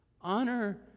Honor